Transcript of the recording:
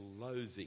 loathing